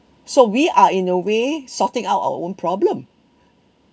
so we are in a way sorting out our own problem